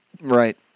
Right